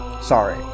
Sorry